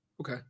okay